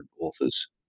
authors